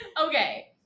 Okay